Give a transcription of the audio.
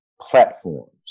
platforms